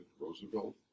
Roosevelt